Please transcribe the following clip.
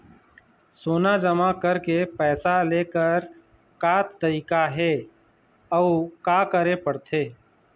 सोना जमा करके पैसा लेकर का तरीका हे अउ का करे पड़थे?